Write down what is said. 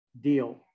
deal